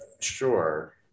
Sure